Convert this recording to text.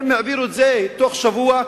הם העבירו את זה תוך שבוע,